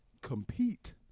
compete